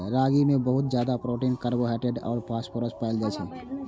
रागी मे बहुत ज्यादा प्रोटीन, कार्बोहाइड्रेट आ फास्फोरस पाएल जाइ छै